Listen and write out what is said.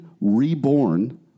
Reborn